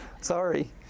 Sorry